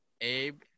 Abe